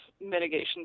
mitigation